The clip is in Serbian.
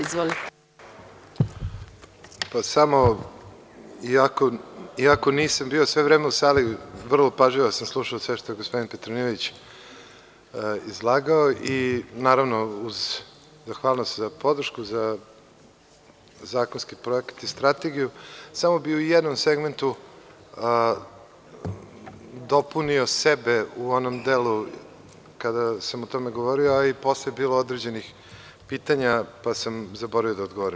Iako nisam bio sve vreme u sali, vrlo pažljivo sam slušao sve što je gospodin Petronijević izlagao i naravno uz zahvalnost na podršci za zakonski projekat i strategiju, samo bih u jednom segmentu dopunio sebe u onom delu kada sam o tome govorio, a i posle je bilo određenih pitanja, pa sam zaboravio da odgovorim.